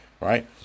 right